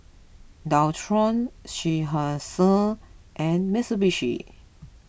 Dualtron Seinheiser and Mitsubishi